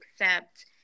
accept